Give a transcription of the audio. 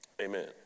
Amen